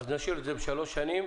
נשאיר את זה שלוש שנים,